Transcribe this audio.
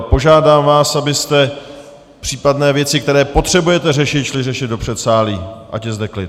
Požádám vás, abyste případné věci, které potřebujete řešit, šli řešit do předsálí, ať je zde klid.